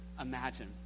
imagine